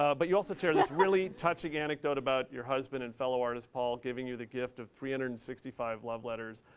ah but you also share this really touching anecdote about your husband and fellow artist, paul, giving you the gift of three hundred and sixty five love letters,